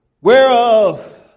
Whereof